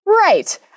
Right